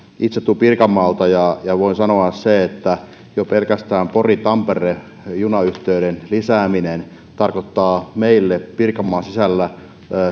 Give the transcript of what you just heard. itse tulen pirkanmaalta ja ja voin sanoa sen että jo pelkästään pori tampere junayhteyden lisääminen tarkoittaa meille pirkanmaan sisällä